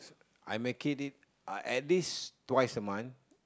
I making it uh at least twice a month